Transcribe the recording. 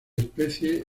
especie